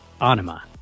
Anima